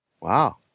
Wow